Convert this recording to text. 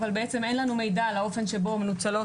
אבל אין לנו מידע על האופן בו מנוצלות